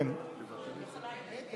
ההצעה להעביר את